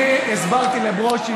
אני הסברתי לברושי,